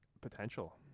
potential